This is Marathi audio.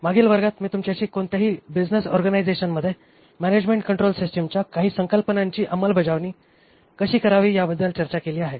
मागील वर्गात मी तुमच्याशी कोणत्याही बिझनेस ऑर्गनायझेशनमध्ये मॅनॅजमेण्ट कंट्रोल सिस्टिमच्या काही संकल्पनांची अंमलबजावणी कशी करावी ह्याबद्दल चर्चा केली आहे